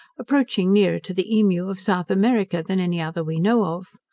approaching nearer to the emu of south america than any other we know of.